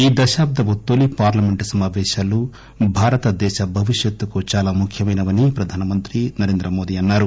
ఈ దశాబ్గపు తొలి పార్లమెంటు సమాపేశాలు భారత భవిష్యత్తుకు చాలా ముఖ్యమైనవని ప్రధానమంత్రి నరేంద్రమోదీ అన్నారు